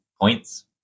points